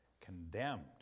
condemned